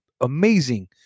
amazing